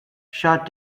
shot